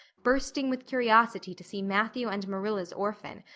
bursting with curiosity to see matthew and marilla's orphan,